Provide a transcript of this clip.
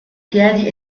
piedi